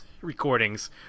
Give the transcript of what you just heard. recordings